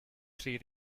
three